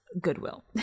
goodwill